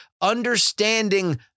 understanding